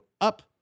up